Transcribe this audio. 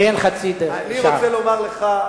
אני רוצה לומר לך,